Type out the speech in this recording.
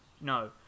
no